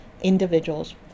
individuals